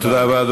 תודה רבה.